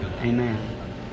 Amen